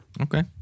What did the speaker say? Okay